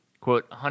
Quote